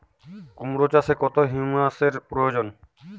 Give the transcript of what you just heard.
কুড়মো চাষে কত হিউমাসের প্রয়োজন?